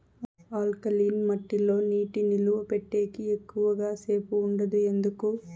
alkaline మట్టి లో నీటి నిలువ పెట్టేకి ఎక్కువగా సేపు ఉండదు ఎందుకు